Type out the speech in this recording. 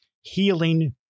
Healing